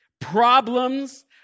problems